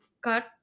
cut